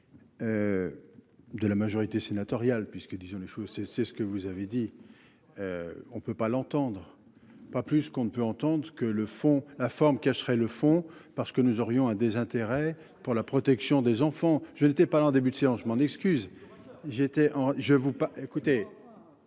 De la majorité sénatoriale puisque disons les choses, c'est c'est ce que vous avez dit. On ne peut pas l'entendre. Pas plus qu'on ne peut entendre que le fond, la forme cacherait le fond parce que nous aurions un désintérêt pour la protection des enfants, je n'étais pas là en début de séance, je m'en excuse.